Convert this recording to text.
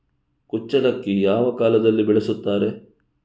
ಕುಚ್ಚಲಕ್ಕಿ ಯಾವ ಕಾಲದಲ್ಲಿ ಬೆಳೆಸುತ್ತಾರೆ?